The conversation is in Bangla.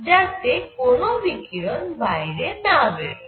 যাতে কোন বিকিরণ বাইরে না বেরোয়